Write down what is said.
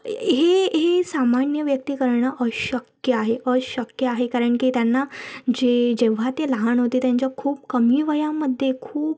हे हे सामान्य व्यक्ती करणं अशक्य आहे अशक्य आहे कारण की त्यांना जे जेव्हा ते लहान होते त्यांच्या खूप कमी वयामध्ये खूप